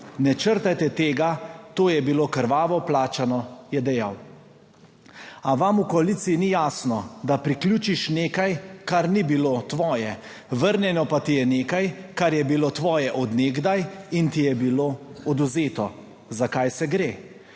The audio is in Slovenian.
"Ne črtajte tega, to je bilo krvavo plačano.", je dejal. A vam v koaliciji ni jasno, da priključiš nekaj, kar ni bilo tvoje, vrnjeno pa ti je nekaj, kar je bilo tvoje od nekdaj in ti je bilo odvzeto. Za kaj se gre?